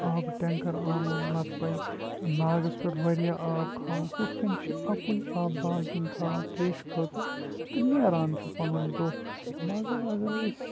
آبہٕ ٹٮ۪نٛکَر اَنُن نَتہٕ پے ناگَس واریاہ آب کھالُن ہُتھ کٔنۍ چھِ اَکُے آبہٕ بالٹیٖن کھالان ترٛیشہِ خٲطرٕ تہٕ نیران چھُ پَنُن دۄہ مگر اگر أسۍ